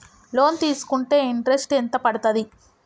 Loan తీస్కుంటే interest ఎంత పడ్తది?